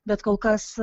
bet kol kas